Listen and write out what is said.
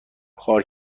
کار